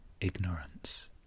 ignorance